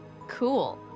Cool